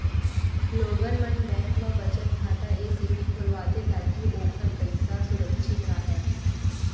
लोगन मन बेंक म बचत खाता ए सेती खोलवाथे ताकि ओखर पइसा सुरक्छित राहय